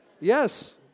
Yes